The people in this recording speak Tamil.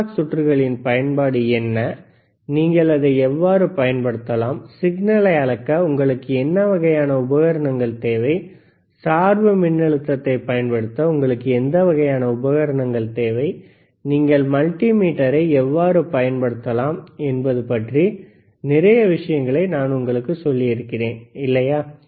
அனலாக் சுற்றுகளின் பயன்பாடு என்ன நீங்கள் அதை எவ்வாறு பயன்படுத்தலாம் சிக்னலை அளக்க உங்களுக்கு என்ன வகையான உபகரணங்கள் தேவை சார்பு மின்னழுத்தத்தைப் பயன்படுத்த உங்களுக்கு எந்த வகையான உபகரணங்கள் தேவை நீங்கள் மல்டிமீட்டரை எவ்வாறு பயன்படுத்தலாம் என்பது பற்றி நிறைய விஷயங்களை நான் உங்களுக்கு சொல்லியிருக்கிறேன் இல்லையா